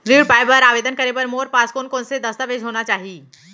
ऋण पाय बर आवेदन करे बर मोर पास कोन कोन से दस्तावेज होना चाही?